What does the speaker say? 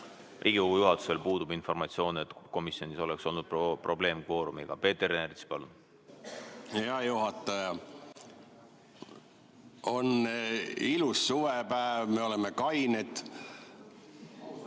Riigikogu juhatusel puudub informatsioon, et komisjonis oleks olnud probleem kvoorumiga. Peeter Ernits, palun! Hea juhataja! On ilus suvepäev, me oleme kained